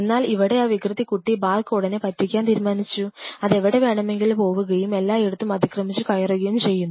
എന്നാൽ ഇവിടെ ആ വികൃതിക്കുട്ടി ബാർ കോഡിനെ പറ്റിക്കാൻ തീരുമാനിച്ചു അതെവിടെ വേണമെങ്കിലും പോവുകയും എല്ലായിടത്തും അതിക്രമിച്ചു കയറുകയും ചെയ്യുന്നു